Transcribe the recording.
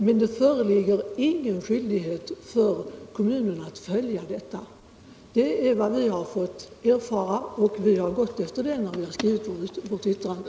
Men det föreligger ingen skyldighet för kommunerna att följa nämndens yttrande.